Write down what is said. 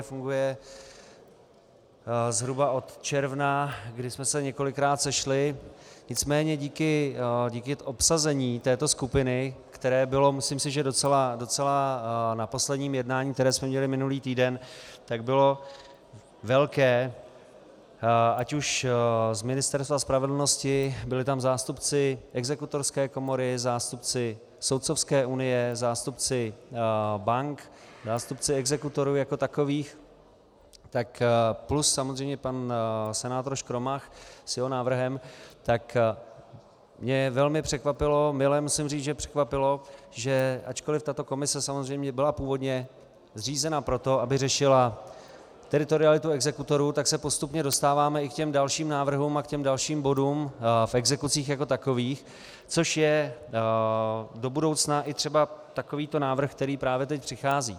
Funguje zhruba od června, kdy jsme se několikrát sešli, nicméně díky obsazení této skupiny, které bylo, myslím si, že docela na posledním jednání, které jsme měli minulý týden, velké, ať už z Ministerstva spravedlnosti, byli tam zástupci Exekutorské komory, zástupci Soudcovské unie, zástupci bank, zástupci exekutorů jako takových, plus samozřejmě pan senátor Škromach s jeho návrhem, tak mě velmi překvapilo, mile musím říct, že překvapilo, že ačkoliv tato komise samozřejmě byla původně zřízena pro to, aby řešila teritorialitu exekutorů, tak se postupně dostáváme i k dalším návrhům a k dalším bodům v exekucích jako takových, což je do budoucna i třeba takovýto návrh, který právě teď přichází.